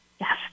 Yes